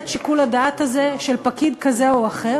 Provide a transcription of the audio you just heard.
את שיקול הדעת הזה של פקיד כזה או אחר,